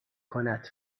کند